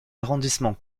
arrondissement